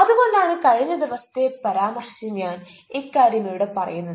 അതുകൊണ്ടാണ് കഴിഞ്ഞ ദിവസത്തെ പരാമർശിച്ച് ഞാൻ ഇക്കാര്യം ഇവിടെ പറയുന്നത്